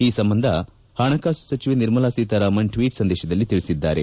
ಈ ಸಂಬಂಧ ಹಣಕಾಸು ಸಚಿವೆ ನಿರ್ಮಲಾ ಸೀತಾರಾಮನ್ ಟ್ನೀಟ್ ಸಂದೇಶದಲ್ಲಿ ತಿಳಿಸಿದ್ದಾರೆ